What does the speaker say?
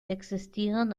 existieren